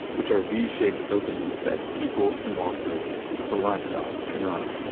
which are v shaped openings that people can walk through but livestock cannot.